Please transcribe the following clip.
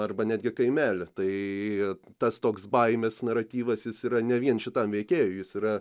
arba netgi kaimelį tai tas toks baimės naratyvas jis yra ne vien šitam veikėjui jis yra